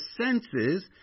senses